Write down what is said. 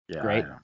Great